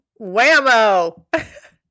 whammo